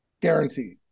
guaranteed